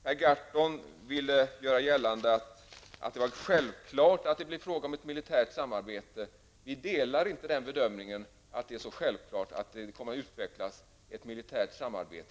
Per Gahrton ville göra gällande att det var självklart att det blev fråga om ett militärt samarbete. Vi delar inte bedömningen att det är självklart att det inom EG kommer att utvecklas ett militärt samarbete.